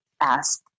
ask